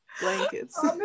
blankets